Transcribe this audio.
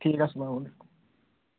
ٹھیٖک السلام علیکُم